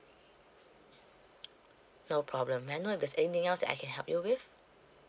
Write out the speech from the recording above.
no problem may I know if there's anything else that I can help you with